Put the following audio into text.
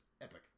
epic